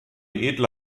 edle